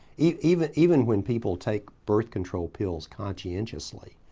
even even when people take birth control pills conscientiously,